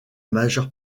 majeure